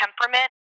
temperament